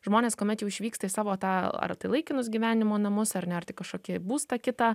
žmonės kuomet jau išvyksta į savo tą ar tai laikinus gyvenimo namus ar ne ar tai kažkokį būstą kitą